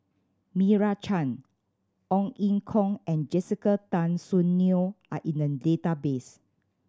Meira Chand Ong Ye Kung and Jessica Tan Soon Neo are in the database